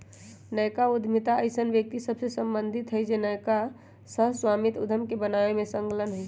नयका उद्यमिता अइसन्न व्यक्ति सभसे सम्बंधित हइ के नयका सह स्वामित्व उद्यम बनाबे में संलग्न हइ